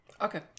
Okay